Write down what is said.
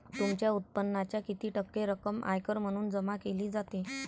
तुमच्या उत्पन्नाच्या किती टक्के रक्कम आयकर म्हणून जमा केली जाते?